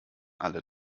alle